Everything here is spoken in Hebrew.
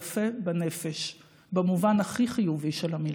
יפה בנפש במובן הכי חיובי של המילה.